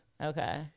Okay